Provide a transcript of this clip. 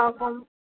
অঁ